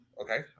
Okay